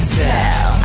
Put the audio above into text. tell